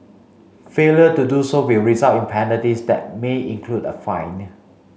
failure to do so will result in penalties that may include a fine